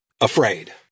afraid